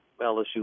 LSU